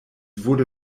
wurde